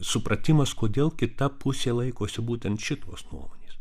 supratimas kodėl kita pusė laikosi būtent šitos nuomonės